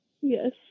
Yes